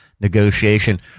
Negotiation